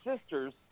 sisters